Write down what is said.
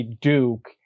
Duke